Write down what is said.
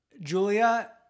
Julia